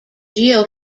geo